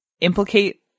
implicate